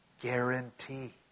Guarantee